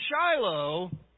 Shiloh